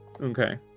Okay